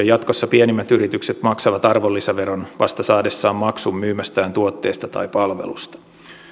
jatkossa pienimmät yritykset maksavat arvonlisäveron vasta saadessaan maksun myymästään tuotteesta tai palvelusta